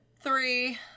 three